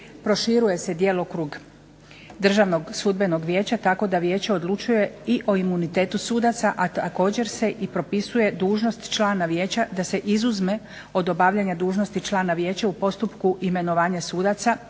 proširuje se djelokrug Državnog sudbenog vijeća tako da Vijeće odlučuje o imunitetu sudaca a također se i propisuje dužnost člana Vijeća da se izuzme od dužnosti člana vijeća u postupku imenovanja sudaca,